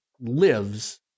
lives